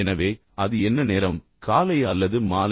எனவே அது என்ன நேரம் காலை அல்லது மாலை